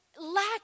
lack